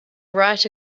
write